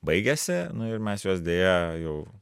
baigiasi nu ir mes juos deja jau